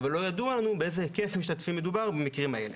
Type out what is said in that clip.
אבל לא ידוע לנו באיזה היקף משתתפים מדובר במקרים האלה.